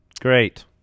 Great